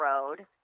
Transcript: road